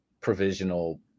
provisional